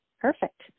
Perfect